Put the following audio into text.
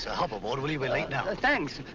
hop aboard will you, we're late now. ah thanks.